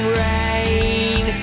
rain